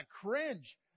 cringe